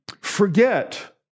forget